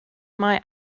mae